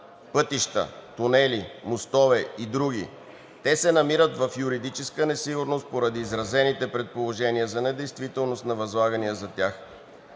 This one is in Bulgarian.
пътища, тунели, мостове и други. Те се намират в юридическа несигурност поради изразените предположения за недействителност на възлагания за тях.